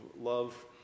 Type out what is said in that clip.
love